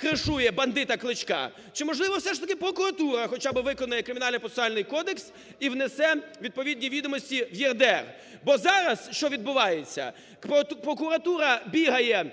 кришує бандита Кличка, чи, можливо, все ж таки прокуратура хоча би виконає Кримінально-процесуальний кодекс і внесе відповідні відомості в ЄРДР. Бо зараз що відбувається? Прокуратура бігає